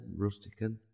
Rustican